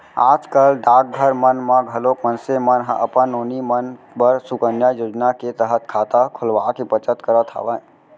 आज कल डाकघर मन म घलोक मनसे मन ह अपन नोनी मन बर सुकन्या योजना के तहत खाता खोलवाके बचत करत हवय